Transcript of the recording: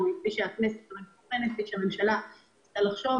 אני חושבת